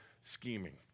scheming